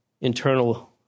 internal